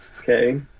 Okay